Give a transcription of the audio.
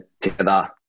together